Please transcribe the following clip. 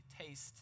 taste